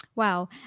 Wow